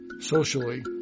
socially